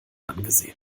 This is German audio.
angesehen